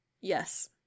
Yes